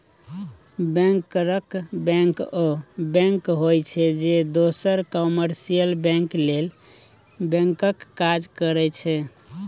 बैंकरक बैंक ओ बैंक होइ छै जे दोसर कामर्शियल बैंक लेल बैंकक काज करै छै